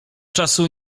czasu